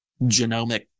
genomic –